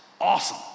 awesome